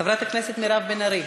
חברת הכנסת מירב בן ארי.